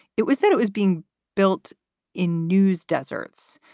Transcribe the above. it was that it was being built in news deserts,